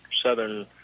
southern